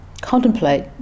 contemplate